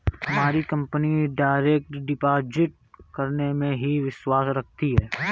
हमारी company direct deposit करने में ही विश्वास रखती है